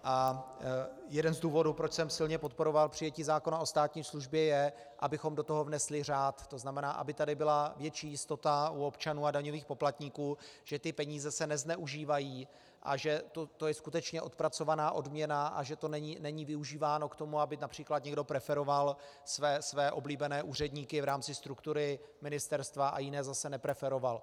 A jeden z důvodů, proč jsem silně podporovat přijetí zákona o státní službě, je, abychom do toho vnesli řád, to znamená, aby tady byla větší jistota u občanů a daňových poplatníků, že ty peníze se nezneužívají a že to je skutečně odpracovaná odměna a že to není využíváno k tomu, aby například někdo preferoval své oblíbené úředníky v rámci struktury ministerstva a jiné zase nepreferoval.